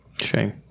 Shame